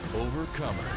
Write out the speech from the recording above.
Overcomer